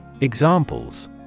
Examples